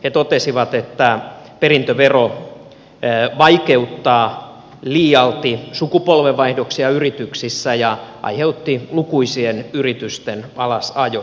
he totesivat että perintövero vaikeuttaa liialti sukupolvenvaihdoksia yrityksissä ja aiheutti lukui sien yritysten alasajoja